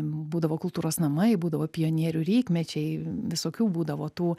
būdavo kultūros namai būdavo pionierių rytmečiai visokių būdavo tų